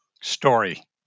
story